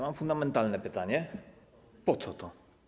Mam fundamentalne pytanie: Po co to?